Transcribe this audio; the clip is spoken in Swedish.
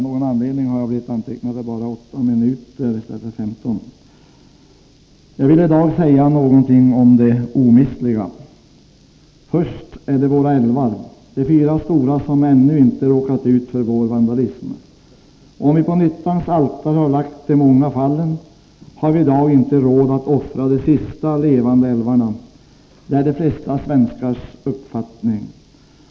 Herr talman! Jag ville i dag säga någonting om det omistliga. Först är det våra älvar, de fyra stora som ännu inte råkat ut för vår vandalism. När vi på nyttans altare har lagt de många fallen, har vi i dag inte råd att offra de sista levande älvarna. Det är de flesta svenskars uppfattning.